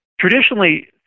traditionally